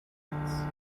minutes